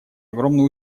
огромный